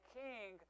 king